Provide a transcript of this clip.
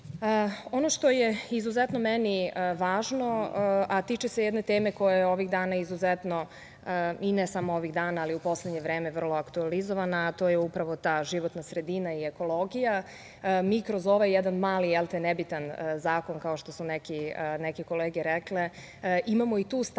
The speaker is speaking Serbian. što je izuzetno meni važno, a tiče se jedne teme, koja je ovih dana izuzetno i ne samo ovih dana, ali u poslednje vreme vrlo aktuelizovana, a to je upravo ta životna sredina i ekologija, mi kroz ovaj jedan mali, nebitan zakon, kao što su neke kolege rekle, imamo i tu stavku o